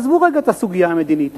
עזבו רגע את הסוגיה המדינית,